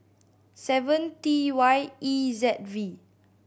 seven T Y E Z V